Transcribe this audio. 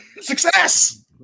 success